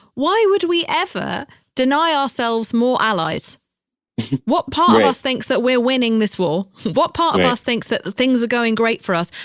why would we ever deny ourselves more allies? right what part of us thinks that we're winning this war? what part of us thinks that things are going great for us?